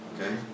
okay